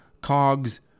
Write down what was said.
cogs